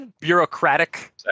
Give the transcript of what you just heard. bureaucratic